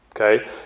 okay